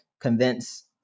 convince